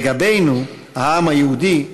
לגבינו, העם היהודי,